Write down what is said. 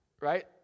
right